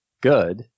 good